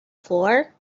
floor